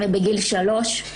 בגיל שלוש,